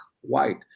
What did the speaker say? white